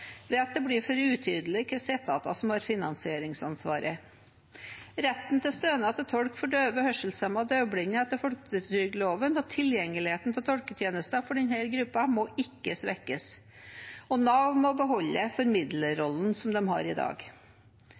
ved at det blir for utydelig hvilke etater som har finansieringsansvaret. Retten til stønad til tolk for døve, hørselshemmede og døvblinde etter folketrygdloven, og tilgjengeligheten til tolketjenester for denne gruppen, må ikke svekkes. Nav må beholde formidlerrollen som de har i dag.